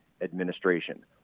administration